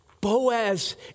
Boaz